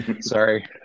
sorry